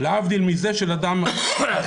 להבדיל מזה של אדם אחר,